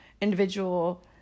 individual